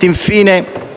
Infine,